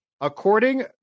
According